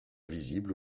visible